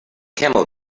camel